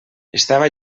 estava